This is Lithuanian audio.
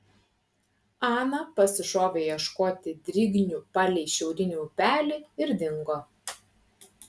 ana pasišovė ieškoti drignių palei šiaurinį upelį ir dingo